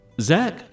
Zach